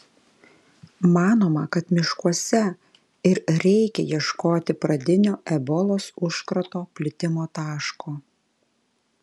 manoma kad miškuose ir reikia ieškoti pradinio ebolos užkrato plitimo taško